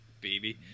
baby